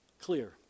clear